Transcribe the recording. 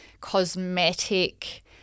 cosmetic